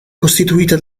costituita